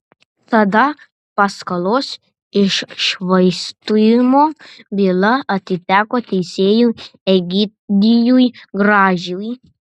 tada paskolos iššvaistymo byla atiteko teisėjui egidijui gražiui